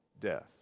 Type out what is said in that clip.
death